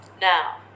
Now